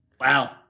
Wow